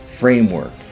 Framework